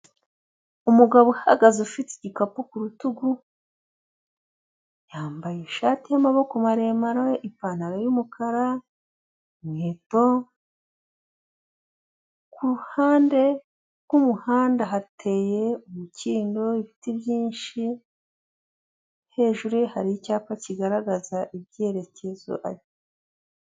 Umugabo uhagaze ufite igikapu ku rutugu, yambaye ishati y'amaboko maremare, ipantaro y'umukara, inkweto, kuruhande rw'umuhanda hateye umukindo, ibiti byinshi, hejuru hari icyapa kigaragaza ibyerekezo.